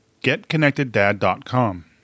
GetConnectedDad.com